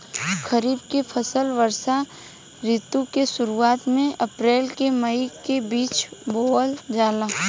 खरीफ के फसल वर्षा ऋतु के शुरुआत में अप्रैल से मई के बीच बोअल जाला